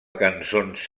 cançons